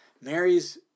Mary's